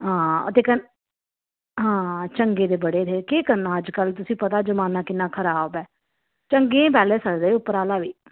हां ते कन्नै हां चंगे ते बड़े थे केह् करना अज्जकल तु'सेंगी पता जमाना किन्ना खराब ऐ चंगे गी पैह्ले सद्द दा उप्परा आह्ला बी